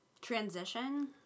Transition